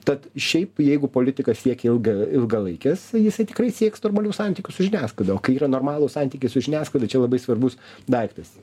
tad šiaip jeigu politikas siekia ilga ilgalaikės jisai tikrai sieks normalių santykius su žiniasklaida o kai yra normalūs santykiai su žiniasklaida čia labai svarbus daiktas